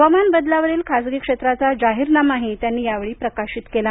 हवामान बदलावरील खासगी क्षेत्राचा जाहीरनामा त्यांनी यावेळी प्रकाशित केला